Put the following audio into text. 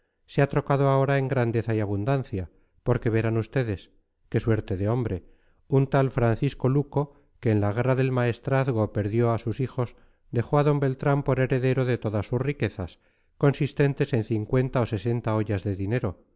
se ha trocado ahora en grandeza y abundancia porque verán ustedes qué suerte de hombre un tal francisco luco que en la guerra del maestrazgo perdió a sus hijos dejó a d beltrán por heredero de todas su riquezas consistentes en cincuenta o sesenta ollas de dinero